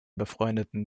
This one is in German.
befreundeten